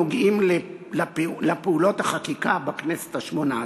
הנוגעים לפעולות החקיקה בכנסת השמונה-עשרה: